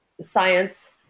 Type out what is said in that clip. science